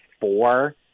four